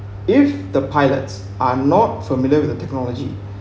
if the pilots are not familiar with the technology